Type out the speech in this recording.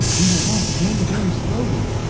we will walk very, very slowly,